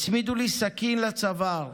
הצמידו לי סכין לצוואר.